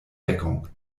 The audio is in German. deckung